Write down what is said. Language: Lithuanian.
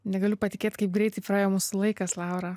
negaliu patikėt kaip greitai praėjo mūsų laikas laura